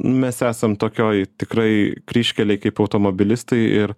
mes esam tokioj tikrai kryžkelėj kaip automobilistai ir